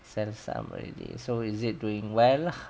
sell some already so is it doing well